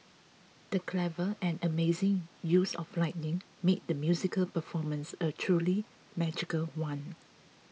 the clever and amazing use of lighting made the musical performance a truly magical one